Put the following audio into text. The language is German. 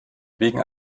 wegen